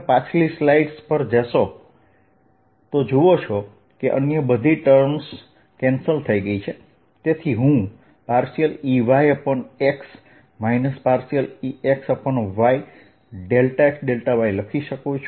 તમે પાછલી સ્લાઈડ્સ પર પાછા જઇ શકો છો અને જુઓ કે અન્ય બધી ટર્મ્સ કેન્સલ થઈ છે તેથી હું EY∂X EX∂y x y લખી શકું